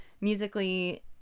musically